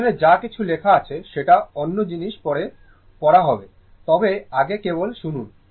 এখানে যা কিছু লেখা আছে সেটা অন্য জিনিস পরে পড়া হবে তবে আগে কেবল শুনুন